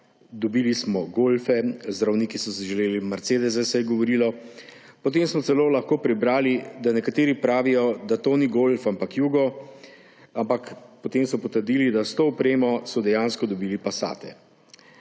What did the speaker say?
dobili smo golfe, zdravniki so si želeli mercedese, se je govorilo, potem smo celo lahko prebrali, da nekateri pravijo, da to ni golf, ampak jugo, ampak potem so potrdili, da s to opremo so dejansko dobili passate.